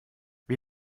wie